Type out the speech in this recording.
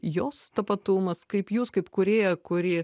jos tapatumas kaip jūs kaip kūrėja kuri